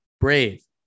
Brave